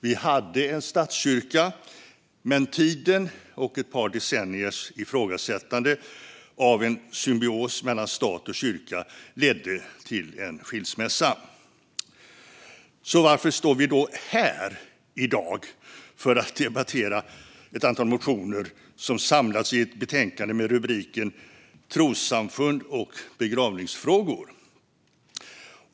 Vi hade en statskyrka, men tiden och ett par decenniers ifrågasättande av en symbios mellan stat och kyrka ledde till en skilsmässa. Varför står vi då här i dag för att debattera ett antal motioner som samlats i ett betänkande med rubriken Trossamfund och begravningsfrågor ?